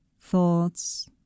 thoughts